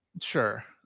sure